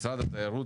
משרד התיירות,